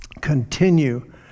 continue